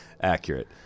Accurate